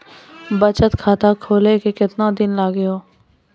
बचत खाता खोले मे केतना दिन लागि हो?